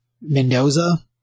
Mendoza